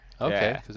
Okay